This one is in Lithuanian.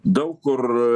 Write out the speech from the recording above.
daug kur